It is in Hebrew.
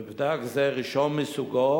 מבדק זה, ראשון מסוגו,